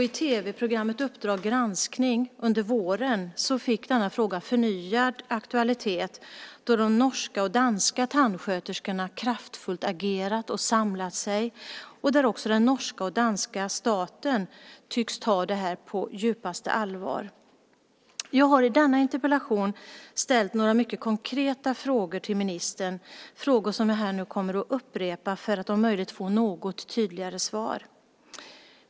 I tv-programmet Uppdrag granskning under våren fick den här frågan förnyad aktualitet då de norska och danska tanksköterskorna kraftfullt agerat och samlat sig. Den norska och den danska staten tycks också ta det här på djupaste allvar. Jag har i denna interpellation ställt några mycket konkreta frågor till ministern, frågor som jag här och nu kommer att upprepa för att om möjligt få något tydligare svar.